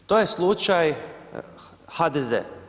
To je slučaj HDZ.